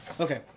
Okay